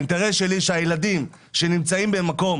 האינטרס שלי הוא שילדים שנמצאים במקום